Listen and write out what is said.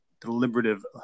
deliberative